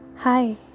Hi